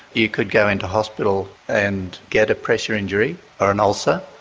you could go into hospital and get a pressure injury or an ulcer,